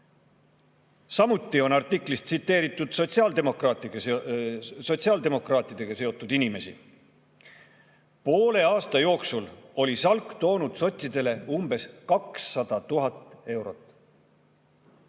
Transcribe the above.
Samuti on artiklis tsiteeritud sotsiaaldemokraatidega seotud inimesi. "Poole aasta jooksul oli Salk toonud sotsidele umbes 200 000 eurot